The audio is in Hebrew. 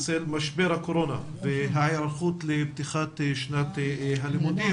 עד שלוש) בצל הקורונה והיערכות לפתיחת שנת הלימודים הקרובה.